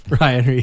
Ryan